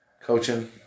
coaching